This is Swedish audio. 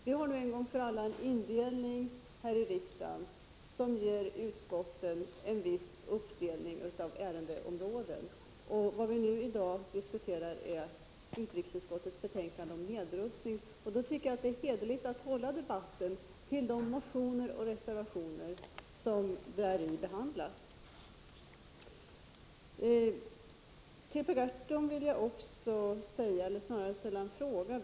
Vi har nu en gång för alla en indelning här i riksdagen som ger utskotten en viss uppdelning av ärendeområdena. Vad vi i dag diskuterar är utrikesutskottets betänkande om nedrustning, och då tycker jag att det är hederligt att hålla debatten kring de motioner och reservationer som däri behandlas. Jag vill också ställa en fråga till Per Gahrton.